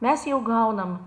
mes jau gaunam